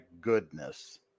goodness